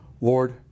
Lord